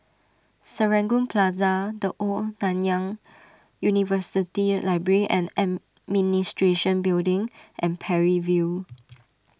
Serangoon Plaza the Old Nanyang University Library and Administration Building and Parry View